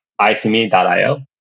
icme.io